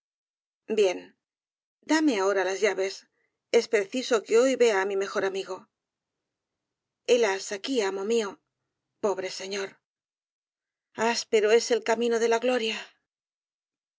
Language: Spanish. bien dame ahora las llaves es preciso que hoy vea á mi mejor amigo helas aquí amo mío pobre señor áspero es el camino de la gloria